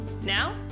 Now